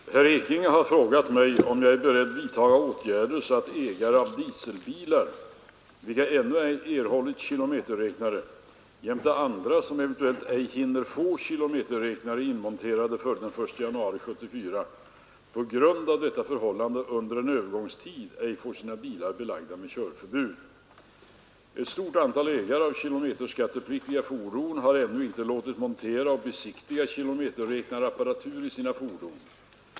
Herr talman! Herr Ekinge har frågat mig om jag är beredd vidtaga åtgärder så att ägare av dieselbilar, vilka ännu ej erhållit kilometerräknare, jämte andra som eventuellt ej hinner få kilometerräknare inmonterade före den 1 januari 1974 på grund av detta förhållande under en övergångstid ej får sina bilar belagda med körförbud. Ett stort antal ägare av kilometerskattepliktiga fordon har ännu inte låtit montera och besiktiga kilometerräknarapparatur i sina fordon.